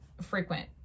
frequent